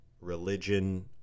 religion